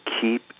keep